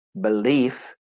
belief